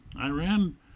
Iran